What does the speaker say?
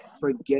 forget